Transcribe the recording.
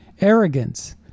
arrogance